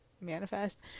manifest